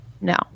No